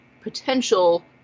potential